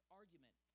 argument